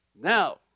Now